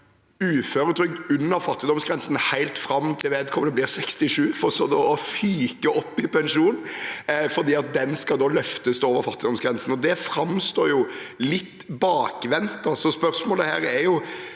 uføretrygd under fattigdomsgrensen helt fram til vedkommende blir 67 år, for så å fyke opp i pensjon, for den skal da løftes over fattigdomsgrensen. Det framstår jo litt bakvendt. Spørsmålet er: Er